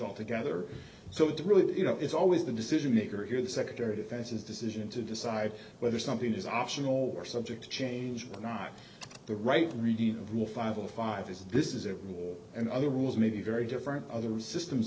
all together so that really you know it's always the decision maker here the secretary of defense's decision to decide whether something is optional or subject to change or not the right reading rule five or five is this is a war and other rules may be very different other systems